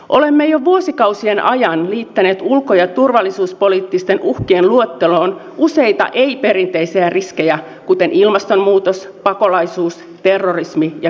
olemme jo vuosikausien ajan liittäneet ulko ja turvallisuuspoliittisten uhkien luetteloon useita ei perinteisiä riskejä kuten ilmastonmuutos pakolaisuus terrorismi ja kyberuhat